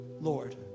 Lord